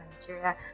Nigeria